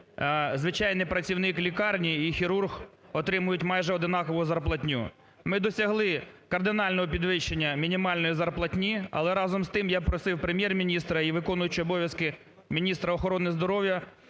звичайний працівник лікарні і хірург отримують майже однакову зарплатню. Ми досягли кардинального підвищення мінімальної зарплатні, але разом з тим я просив Прем'єр-міністра і виконуючого обовязки міністра охорони здоров'я